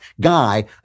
guy